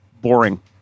boring